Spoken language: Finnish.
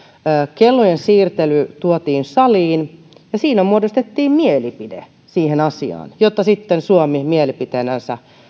kellojen siirtely tuotiin saliin ja siinä muodostettiin mielipide siihen asiaan jota sitten suomi mielipiteenään